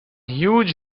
huge